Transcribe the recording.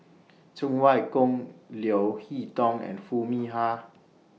Cheng Wai Keung Leo Hee Tong and Foo Mee Har